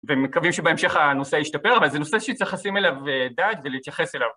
ומקווים שבהמשך הנושא ישתפר אבל זה נושא שצריכים לשים אליו דעת ולהתייחס אליו